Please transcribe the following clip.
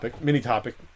mini-topic